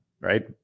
right